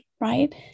right